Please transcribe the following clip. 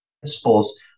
principles